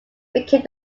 became